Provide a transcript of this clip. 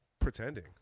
pretending